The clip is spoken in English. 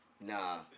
Nah